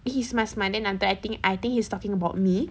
he smile smile then I'm I think he's talking about me